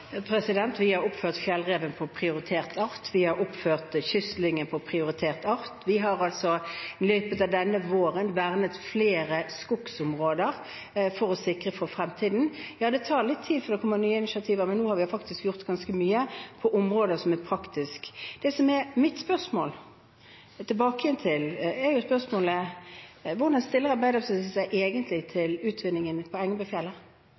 Vi har oppført fjellreven på listen over prioriterte arter, og vi har oppført kystlyng på listen over prioriterte arter. Vi har i løpet av denne våren vernet flere skogsområder for å sikre dem for fremtiden. Ja, det tar litt tid å komme med nye initiativ, men nå har vi faktisk gjort ganske mye praktisk på noen områder. Det som er mitt spørsmål tilbake, er hvordan Arbeiderpartiet egentlig stiller seg til utvinningen i Engebøfjellet.